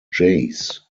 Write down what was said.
jays